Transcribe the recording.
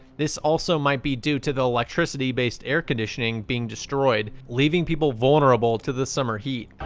this also might be due to the electricity based air conditioning being destroyed, leaving people vulnerable to the summer heat.